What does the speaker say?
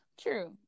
True